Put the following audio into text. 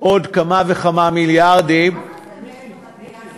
עוד כמה וכמה מיליארדים, כמה זה מעבר